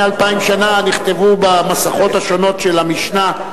אלפיים שנה נכתבו במסכתות השונות של המשנה,